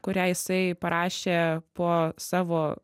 kurią jisai parašė po savo